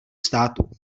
státu